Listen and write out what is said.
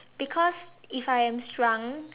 because if I am shrunk